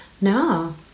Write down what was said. No